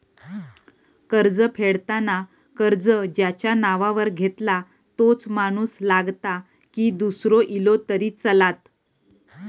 कर्ज फेडताना कर्ज ज्याच्या नावावर घेतला तोच माणूस लागता की दूसरो इलो तरी चलात?